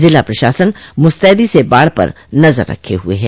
जिला प्रशासन मुस्तैदी से बाढ़ पर नजर रखे हुए है